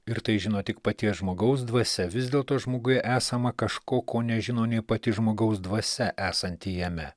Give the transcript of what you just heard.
ir tai žino tik paties žmogaus dvasia vis dėlto žmoguje esama kažko ko nežino nei pati žmogaus dvasia esanti jame